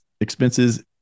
expenses